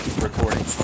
recording